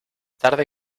tarde